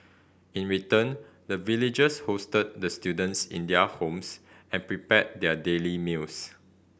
in return the villagers hosted the students in their homes and prepared their daily meals